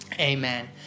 Amen